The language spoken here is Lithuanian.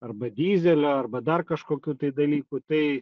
arba dyzelio arba dar kažkokių dalykų tai